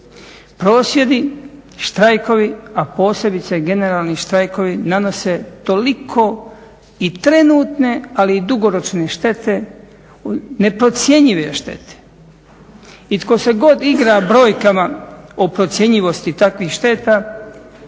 Prosvjedi, štrajkovi, a posebice generalni štrajkovi nanose toliko i trenutne, ali i dugoročne štete, neprocjenjive štete. I tko se god igra brojkama o procjenjivosti takvih šteta